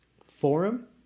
forum